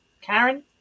Karen